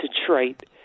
Detroit